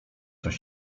coś